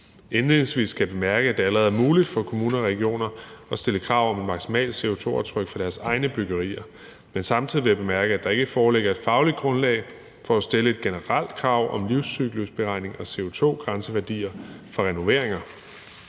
Indledningsvis skal jeg bemærke, at det allerede er muligt for kommuner og regioner at stille krav om et maksimalt CO2-aftryk for deres egne byggerier, men samtidig vil jeg bemærke, at der ikke foreligger et fagligt grundlag for at stille et generelt krav om livscyklusberegning og CO2-grænseværdier for renoveringer.